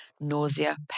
Nausea